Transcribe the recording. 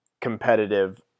competitive